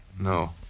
No